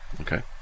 Okay